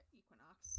equinox